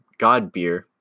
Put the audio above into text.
Godbeer